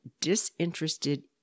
disinterested